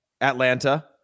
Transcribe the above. Atlanta